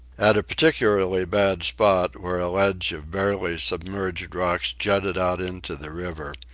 at a particularly bad spot, where a ledge of barely submerged rocks jutted out into the river,